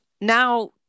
now